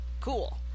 cool